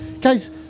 Guys